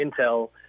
intel